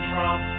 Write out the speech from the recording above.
Trump